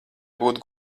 būt